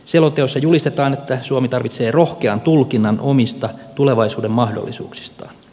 selonteossa julistetaan että suomi tarvitsee rohkean tulkinnan omista tulevaisuuden mahdollisuuksistaan